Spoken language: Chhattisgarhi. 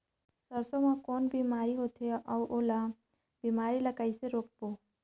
सरसो मा कौन बीमारी होथे अउ ओला बीमारी ला कइसे रोकबो?